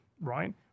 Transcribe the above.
Right